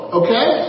okay